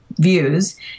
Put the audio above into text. views